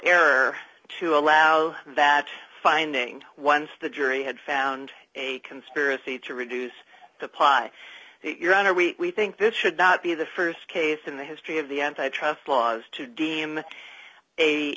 error to allow that finding once the jury had found a conspiracy to reduce the pot your honor we think this should not be the st case in the history of the antitrust laws to d m a